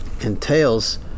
Entails